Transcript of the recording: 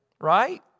right